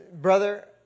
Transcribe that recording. brother